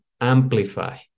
amplify